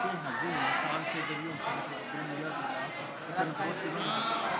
הצעת ועדת הכנסת להעביר את הצעת חוק לתיקון פקודת הסמים המסוכנים